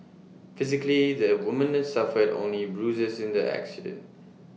physically the woman suffered only bruises in the accident